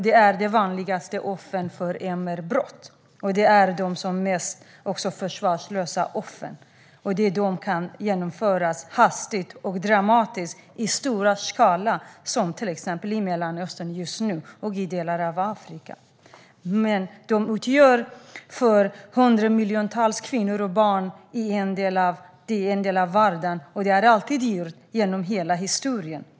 De är de vanligaste offren för MR-brott, och de är de mest försvarslösa offren. Det är brott som kan genomföras hastigt, dramatiskt och i stor skala, som till exempel i Mellanöstern just nu och i delar av Afrika. Men för hundramiljontals kvinnor och barn utgör de en del av vardagen, och det har de gjort genom hela historien.